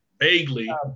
vaguely